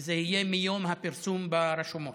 וזה יהיה מיום הפרסום ברשומות.